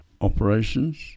operations